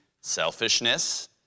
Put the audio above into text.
selfishness